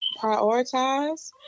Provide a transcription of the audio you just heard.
prioritize